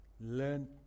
Learn